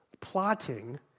plotting